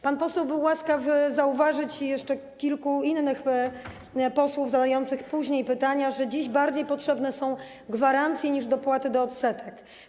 Pan poseł był łaskaw zauważyć, jeszcze kilku innych posłów zadających później pytania, że dziś bardziej potrzebne są gwarancje niż dopłaty do odsetek.